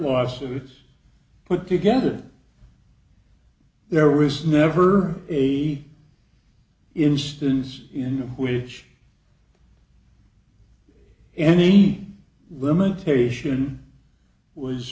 lawsuits put together there was never any instances in which the any limitation was